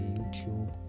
YouTube